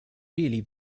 really